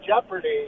jeopardy